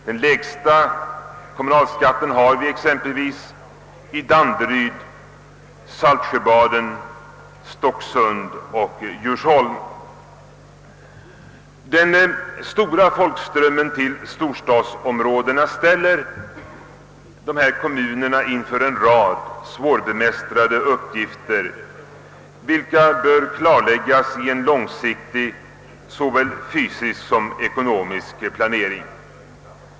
Den lägsta kommunalskatten har man bl.a. i Danderyd, Saltsjöbaden, Stocksund och Djursholm. Den stora folkströmmen = till storstadsområdena ställer dessa kommuner inför en rad svårbemästrade uppgifter, vilka bör klarläggas vid en långsiktig såväl fysisk som ekonomisk planering.